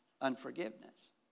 unforgiveness